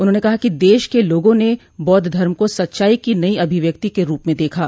उन्होंने कहा कि देश क लोगों ने बौद्ध धर्म को सच्चाई की नई अभिव्यक्ति के रूप में देखा